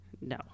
No